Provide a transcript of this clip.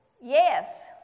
Yes